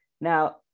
Now